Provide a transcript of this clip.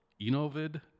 Enovid